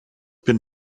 bin